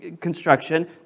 construction